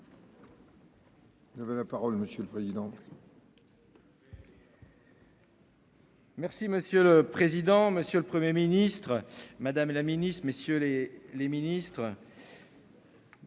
Monsieur le président, monsieur le Premier ministre, madame la ministre, messieurs les ministres,